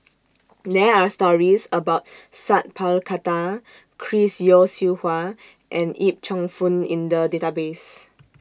There Are stories about Sat Pal Khattar Chris Yeo Siew Hua and Yip Cheong Fun in The Database